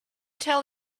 tell